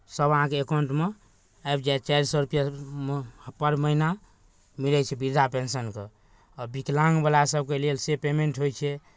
सभ अहाँके एकाउंटमे आबि जायत चारि सए रुपैआ पर महीना मिलै छै विधवा पेंशनके आ विकलांगवला सभके लेल से पेमेंट होइ छै